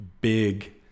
big